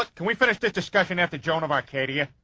can we finish this discussion after joan of arcadia?